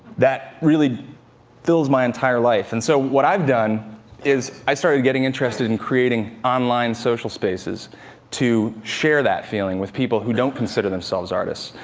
that really fills my entire life. and so, what i've done is, i started getting interested in creating online social spaces to share that feeling with people who don't consider themselves artists.